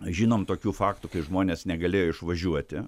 žinom tokių faktų kai žmonės negalėjo išvažiuoti